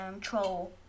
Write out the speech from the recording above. troll